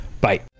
Bye